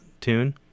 tune